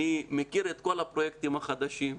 אני מכיר את כל הפרויקטים החדשים,